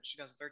2013